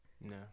No